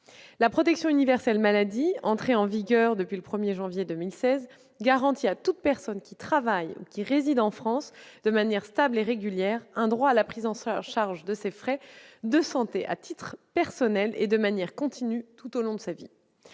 La protection universelle maladie, entrée en vigueur depuis le 1 janvier 2016, garantit à toute personne qui travaille ou réside en France de manière stable et régulière un droit à la prise en charge de ses frais de santé à titre personnel et de manière continue tout au long de la vie.